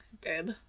Babe